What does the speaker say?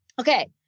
Okay